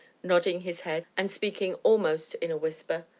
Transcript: nodding his head and speaking almost in a whisper.